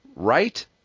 Right